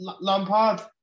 Lampard